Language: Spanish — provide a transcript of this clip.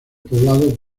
poblado